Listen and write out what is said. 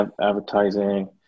advertising